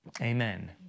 Amen